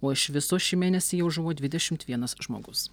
o iš viso šį mėnesį jau žuvo dvidešimt vienas žmogus